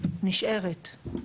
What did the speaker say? נשארת.